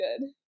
good